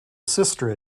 sister